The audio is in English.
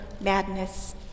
madness